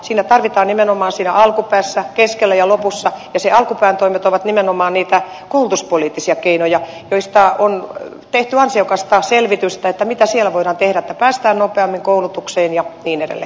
sitä tarvitaan nimenomaan siinä alkupäässä keskellä ja lopussa ja sen alkupään toimet ovat nimenomaan niitä koulutuspoliittisia keinoja joista on tehty ansiokasta selvitystä mitä siellä voidaan tehdä että päästään nopeammin koulutukseen ja niin edelleen